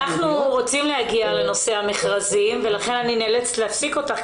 אנחנו רוצים להגיע לנושא המכרזים ולכן אני נאלצת להפסיק אותך,